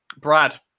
Brad